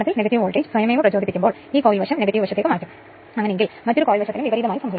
ഇപ്പോൾ കുറഞ്ഞ വോൾട്ടേജിലെ വൈദ്യുതധാര I2 K I2 I2 ഉപയോഗിച്ചുള്ള പരിവർത്തന അനുപാതമാണ്